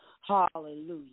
Hallelujah